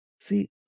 See